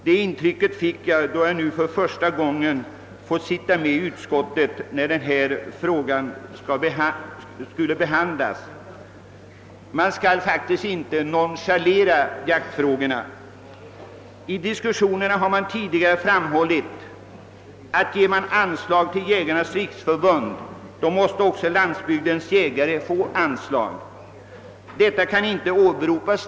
Det intrycket har jag nämligen fått nu, när jag för första gången fått sitta med i utskottet när denna fråga behandlats. Man skall faktiskt inte nonchalera jaktfrågorna. Det har tidigare i diskussionerna framhållits att man, om man beviljar anslag till Jägarnas riksförbund, också måste ge det till Landsbygdens jägare. Detta argument kan inte längre åberopas.